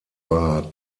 war